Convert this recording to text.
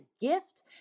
gift